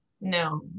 no